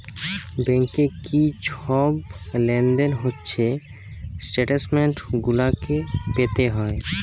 ব্যাংকে কি ছব লেলদেল হছে ইস্ট্যাটমেল্ট গুলাতে পাতে হ্যয়